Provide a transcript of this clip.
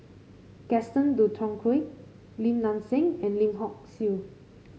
Gaston Dutronquoy Lim Nang Seng and Lim Hock Siew